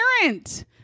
parent